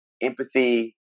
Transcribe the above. empathy